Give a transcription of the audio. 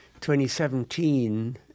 2017